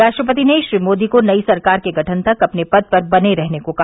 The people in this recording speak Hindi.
राष्ट्रपति ने श्री मोदी को नई सरकार के गठन तक अपने पद पर बने रहने को कहा